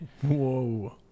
Whoa